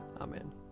Amen